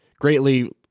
greatly